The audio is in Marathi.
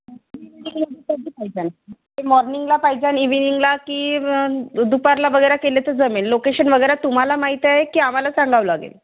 मॉर्निंगला पाहिजे इवीनिंगला की दुपारला वगैरे केले तर जमेल लोकेशन वगैरे तुम्हाला माहीत आहे की आम्हाला सांगावं लागेल